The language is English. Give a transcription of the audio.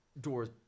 doors